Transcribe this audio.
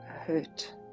hurt